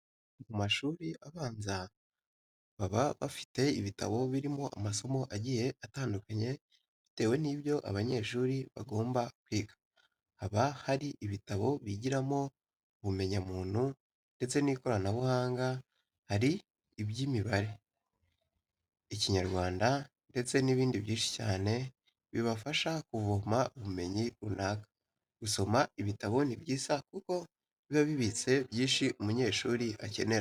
Mu mashuri abanza baba bafite ibitabo birimo amasomo agiye atandukanye bitewe n'ibyo abanyeshuri bagomba kwiga. Haba hari ibitabo bigiramo ubumenyamuntu ndetse n'ikoranabuhanga, hari iby'imibare. ikinyarwanda ndetse n'ibindi byinshi cyane bibafasha kuvoma ubumenyi runaka. Gusoma ibitabo ni byiza kuko biba bibitse byinshi umunyeshuri akenera.